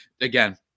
again